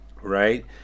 right